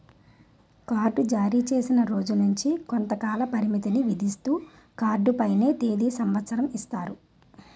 card జారీచేసిన రోజు నుంచి కొంతకాల పరిమితిని విధిస్తూ కార్డు పైన తేది సంవత్సరం ఇస్తారు